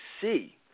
see